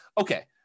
Okay